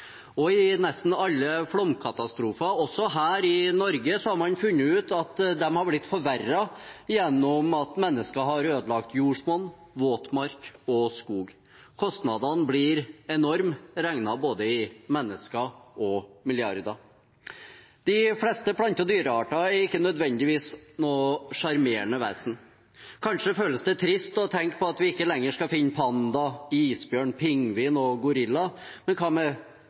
I nesten alle flomkatastrofer, også her i Norge, har man funnet ut at de har blitt forverret ved at mennesker har ødelagt jordsmonn, våtmark og skog. Kostnadene blir enorme, regnet både i mennesker og i milliarder. De fleste plante- og dyrearter er ikke nødvendigvis noen sjarmerende vesen. Kanskje føles det trist å tenke på at vi ikke lenger skal finne panda, isbjørn, pingvin og gorilla, men hva med fettkjuka, krypsekkdyret og gul buktkrinslav – artene som er